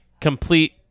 complete